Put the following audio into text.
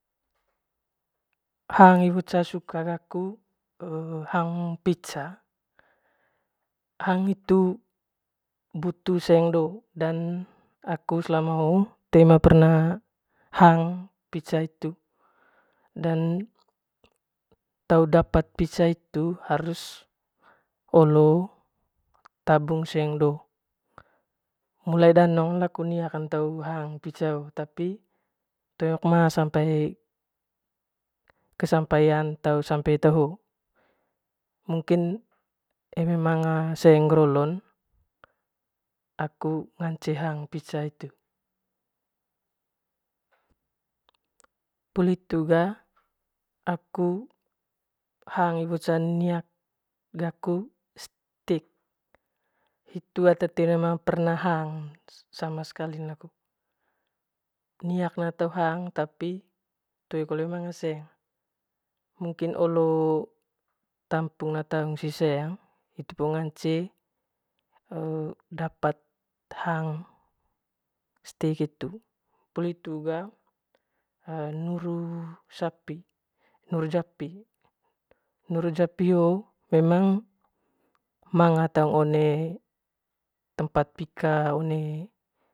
Hang ge suka gaku hang pitjza hang hitu butu seng do dan aku selama hoo toe ma perna hang pitza hitu te dapat pitza hitu harus tabung seng do mulai danong aku niakn hang pitza hoo tapi toe mek tau kesampean sampe eta hoo mungkin eme manga seng nger olon aku ngance hang pitza hitu poli gitu ga aku hang iwo cce niak gaku stik hitu ata toe ma oerna hang sama skli laku niakn te hang tapi toe kole manga seng mungkinolo tamping taung sit seng hitu po ngacne dpat hang stik hitu poli hitu ga nuru sapi nuru japi nuru japi hoo memang manga taung one tempat pika one